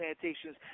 plantations